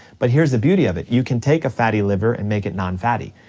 but here's the beauty of it, you can take a fatty liver and make it non fatty.